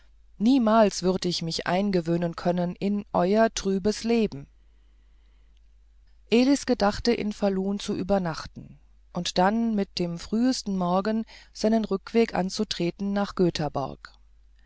niemals würd ich mich eingewöhnen können in euer trübes leben elis gedachte in falun zu übernachten und dann mit dem frühesten morgen seinen rückweg anzutreten nach göthaborg